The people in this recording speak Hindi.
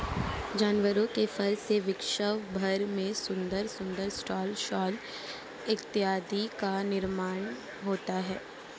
जानवरों के फर से विश्व भर में सुंदर सुंदर स्टॉल शॉल इत्यादि का निर्माण होता है